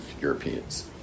Europeans